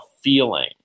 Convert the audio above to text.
feeling